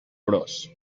bros